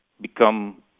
become